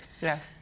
Yes